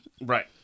Right